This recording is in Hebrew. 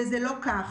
וזה לא כך.